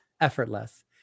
effortless